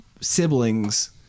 siblings